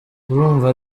urumva